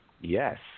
yes